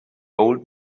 old